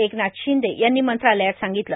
एकनाथ शिंदे यांनी मंत्रालयात सांगितलं